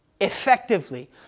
effectively